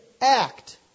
act